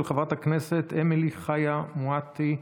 של חברת הכנסת אמילי חיה מואטי,